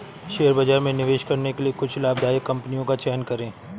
share बाजार में निवेश करने के लिए कुछ लाभदायक कंपनियों का चयन करें